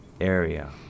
area